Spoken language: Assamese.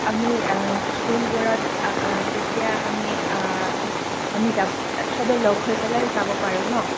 আমি স্কুলবোৰত তেতিয়া আমি আমি য চবে লগ হৈ পেলাই যাব পাৰোঁ নহ্